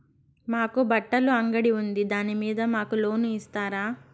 మాకు బట్టలు అంగడి ఉంది దాని మీద మాకు లోను ఇస్తారా